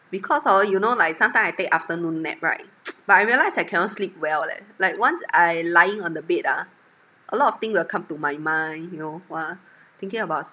because hor you know like sometimes I take afternoon nap right but I realise I cannot sleep well leh like once I lying on the bed ah a lot of thing will come to my mind you know !wah! thinking about